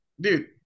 dude